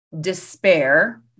despair